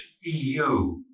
eu